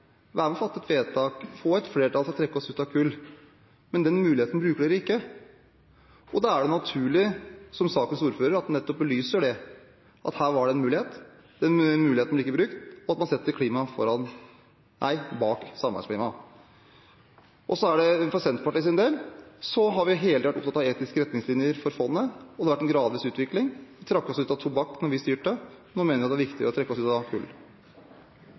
være med på fatte et vedtak og få et flertall for å trekke oss ut av kull. Men den muligheten bruker man ikke. Da er det naturlig, som sakens ordfører, nettopp å belyse det – at her var det en mulighet. Den muligheten ble ikke brukt, og man setter klima bak samarbeidsklima. For Senterpartiets del har vi hele tiden vært opptatt av etiske retningslinjer for fondet, og det har vært en gradvis utvikling. Vi trakk oss ut av tobakk da vi styrte, nå mener jeg det er viktig å trekke seg ut av kull.